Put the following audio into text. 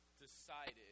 decided